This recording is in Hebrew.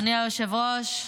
אדוני היושב-ראש,